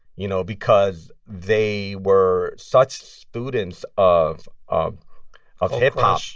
you know, because they were such students of um of hip-hop.